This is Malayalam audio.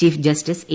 chief justice A